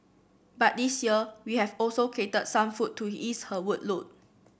but this year we have also catered some food to ease her workload